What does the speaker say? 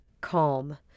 calm